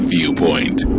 Viewpoint